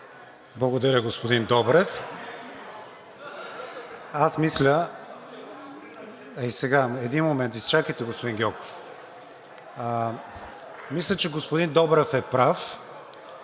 Благодаря, господин Добрев. Един момент. Изчакайте, господин Гьоков. Мисля, че господин Добрев е прав.